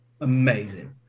amazing